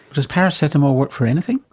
does paracetamol work for anything?